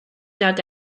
dug